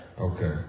Okay